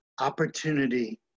opportunity